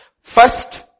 First